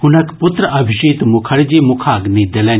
हुनक पुत्र अभिजीत मुखर्जी मुखाग्नि देलनि